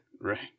Right